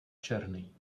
černý